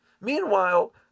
Meanwhile